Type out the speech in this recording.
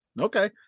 Okay